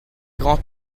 grands